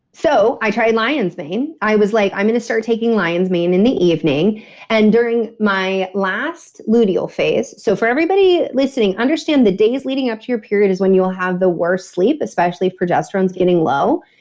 so i tried lion's mane. i was like, i'm going to start taking lion's mane in the evening and during my last luteal phase. so for everybody listening, understand the days leading up to your period is when you will have the worst sleep especially if progesterone's getting low.